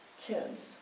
kids